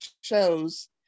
shows